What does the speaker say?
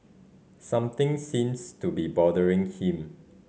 something seems to be bothering him